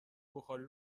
بخاری